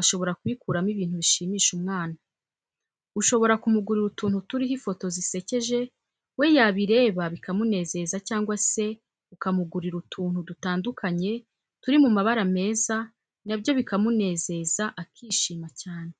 ashobora kubikuramo ibintu bishimisha umwana. Ushobora kumugurira utuntu turiho ifoto zisekeje we yabireba bikamunezeza cyangwa se ukamuguriria utuntu dutandukanye turi mu mabara meza na byo bikamunezeza akishima cyane.